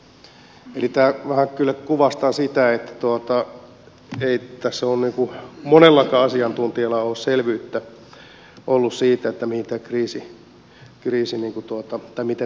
eli tämä vähän kyllä kuvastaa sitä että ei tässä ole monellakaan asiantuntijalla selvyyttä ollut siitä miten tämä kriisi on edennyt